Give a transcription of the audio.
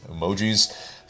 emojis